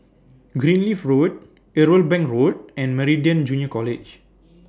Greenleaf Road Irwell Bank Road and Meridian Junior College